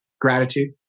Gratitude